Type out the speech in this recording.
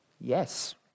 Yes